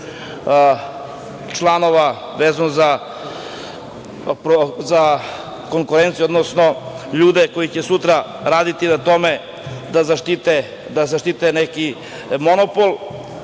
članova vezano za konkurenciju, odnosno ljude koji će sutra raditi na tome da zaštite neki monopol,